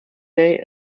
day